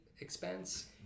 expense